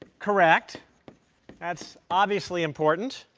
correct that's obviously important